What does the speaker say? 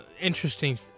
interesting